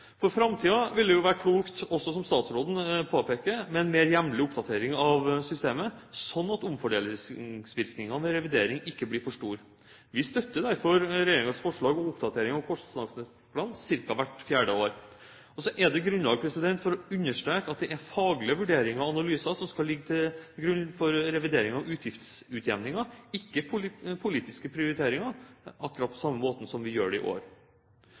For framtiden vil det være klokt, som også statsråden påpekte, med en mer jevnlig oppdatering av systemet, slik at omfordelingsvirkningene ved revidering ikke blir for store. Vi støtter derfor regjeringens forslag om oppdatering av kostnadsnøklene ca. hvert fjerde år. Og så er det grunnlag for å understreke at det er faglige vurderinger og analyser som skal ligge til grunn for revideringen av utgiftsutjevningen, ikke politiske prioriteringer, akkurat på samme måte som vi gjør det i år.